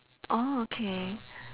oh okay